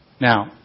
Now